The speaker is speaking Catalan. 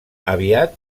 aviat